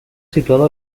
situado